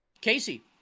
Casey